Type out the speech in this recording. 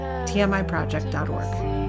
tmiproject.org